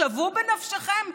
שוו בנפשכם,